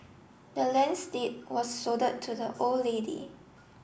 the land's deed was to the old lady